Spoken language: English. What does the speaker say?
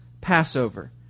Passover